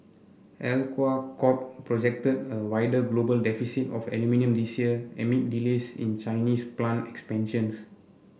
Alcoa Corp projected a wider global deficit of aluminium this year amid delays in Chinese plant expansions